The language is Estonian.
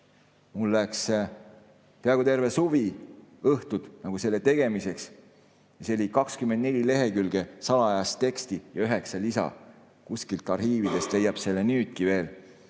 Mul läks peaaegu terve suvi, kõik õhtud läksid selle tegemiseks, see oli 24 lehekülge salajast teksti ja sel oli üheksa lisa. Kuskilt arhiividest leiab selle nüüdki veel